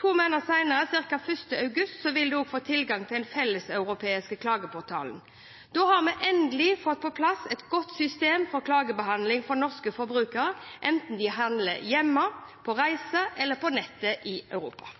To måneder senere, ca. 1. august, vil de også få tilgang til den felleseuropeiske klageportalen. Da har vi endelig fått på plass et godt system for klagebehandling for norske forbrukere, enten de handler hjemme, på reise eller på nettet i Europa.